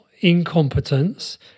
Incompetence